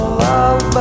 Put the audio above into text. love